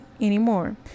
anymore